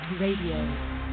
Radio